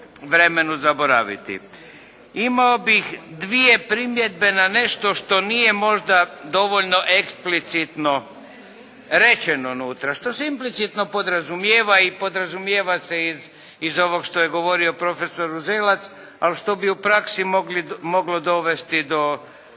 vremenu zaboraviti. Imao bih dvije primjedbe na nešto što nije možda dovoljno eksplicitno rečeno unutra, što se implicitno podrazumijeva i podrazumijeva se iz ovoga što je govorio profesor Uzelac, ali što bi u praksi moglo dovesti do